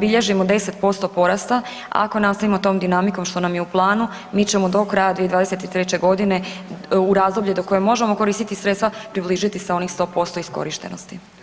bilježimo 10% porasta, ako nastavimo tom dinamikom, što nam je u planu, mi ćemo do kraja 2023.g. u razdoblju do kojeg možemo koristiti sredstva približiti se onih 100% iskorištenosti.